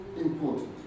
important